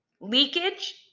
Leakage